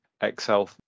Excel